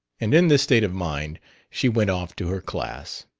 and in this state of mind she went off to her class.